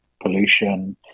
pollution